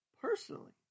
personally